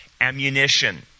ammunition